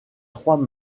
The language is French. trois